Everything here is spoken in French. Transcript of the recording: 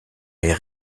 est